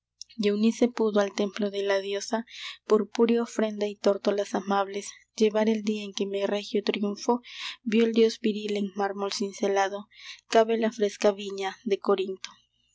y eunice pudo al templo de la diosa purpúrea ofrenda y tórtolas amables llevar el día en que mi regio triunfo vió el dios viril en mármol cincelado cabe la fresca viña de corinto ii